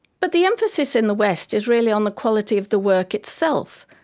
but the emphasis in the west is really on the quality of the work itself,